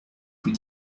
vous